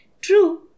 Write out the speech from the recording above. True